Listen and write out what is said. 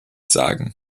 sagen